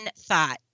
thought